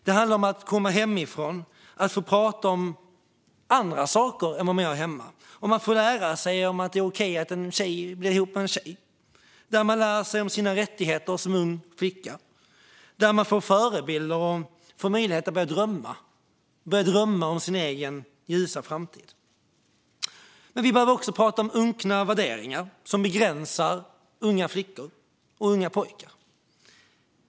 Det handlar om att komma hemifrån och att få prata om andra saker än man gör hemma. Man får lära sig att det är okej att en tjej blir ihop med en tjej. Man lär sig om sina rättigheter som ung flicka, får förebilder och möjlighet att börja drömma om sin egen ljusa framtid. Vi behöver också prata om unkna värderingar som begränsar unga flickor och pojkar.